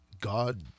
God